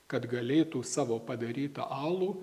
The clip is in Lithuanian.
kad galėtų savo padarytą alų